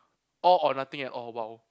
all or nothing at all !wow!